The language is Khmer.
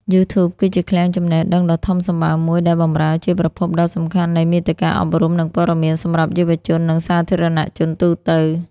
YouTube គឺជាឃ្លាំងចំណេះដឹងដ៏ធំសម្បើមមួយ ដែលបម្រើជាប្រភពដ៏សំខាន់នៃ មាតិកាអប់រំ និងព័ត៌មាន សម្រាប់យុវជន និងសាធារណជនទូទៅ។